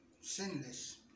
sinless